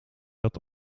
dat